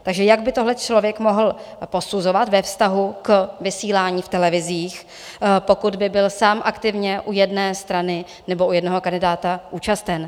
Takže jak by tohle člověk mohl posuzovat ve vztahu k vysílání v televizích, pokud by byl sám aktivně u jedné strany nebo u jednoho kandidáta účasten?